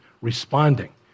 responding